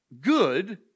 good